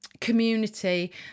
community